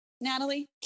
Natalie